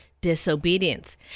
disobedience